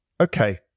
Okay